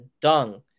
dung